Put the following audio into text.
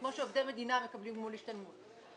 כמו שעובדי מדינה מקבלים גמול השתלמות.